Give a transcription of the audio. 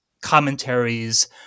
commentaries